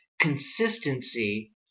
consistency